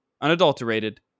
unadulterated